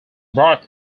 brought